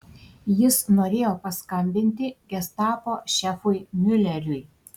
jis norėjo paskambinti gestapo šefui miuleriui